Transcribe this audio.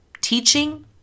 Teaching